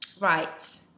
Right